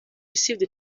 received